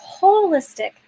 holistic